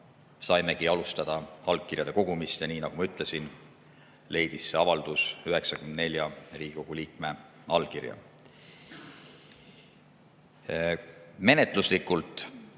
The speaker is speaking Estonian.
saimegi alustada allkirjade kogumist ja nii nagu ma ütlesin, leidis see 94 Riigikogu liikme allkirja. Menetluslikult